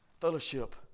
Fellowship